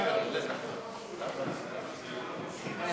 ההצעה להעביר את הצעת חוק פיקוח על בתי-ספר